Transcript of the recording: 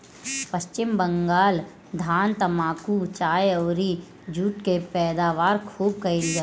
पश्चिम बंगाल धान, तम्बाकू, चाय अउरी जुट के पैदावार खूब कईल जाला